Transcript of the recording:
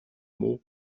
mots